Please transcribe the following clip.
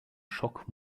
schock